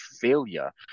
failure